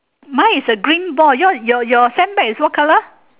mine is a green ball your your your your sandbag is what colour